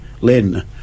Len